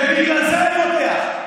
ובגלל זה אני רותח.